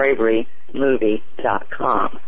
braverymovie.com